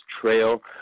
trail